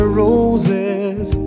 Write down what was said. roses